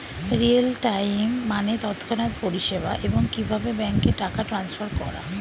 real time মানে তৎক্ষণাৎ পরিষেবা, এবং কিভাবে ব্যাংকে টাকা ট্রান্সফার করা